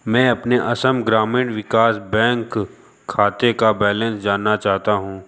मैं अपने असम ग्रामीण विकास बैंक खाते का बैलेंस जानना चाहता हूँ